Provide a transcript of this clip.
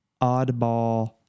oddball